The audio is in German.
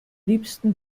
liebsten